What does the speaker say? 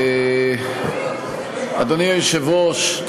אדוני היושב-ראש,